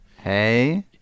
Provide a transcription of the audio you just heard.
Hey